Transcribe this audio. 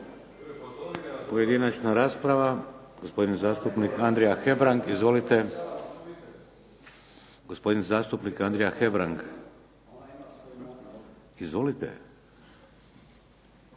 Pojedinačna rasprava. Gospodin zastupnik Andrija Hebrang. Izvolite. **Hebrang, Andrija (HDZ)** Hvala